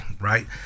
Right